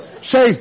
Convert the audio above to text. Say